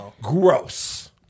gross